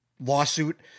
lawsuit